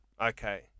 okay